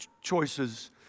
choices